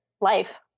life